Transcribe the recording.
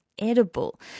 edible